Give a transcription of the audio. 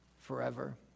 forever